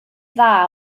dda